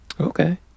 Okay